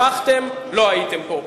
ברחתם ולא הייתם פה.